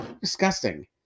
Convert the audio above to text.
Disgusting